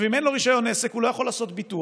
אם אין לו רישיון עסק, הוא לא יכול לעשות ביטוח,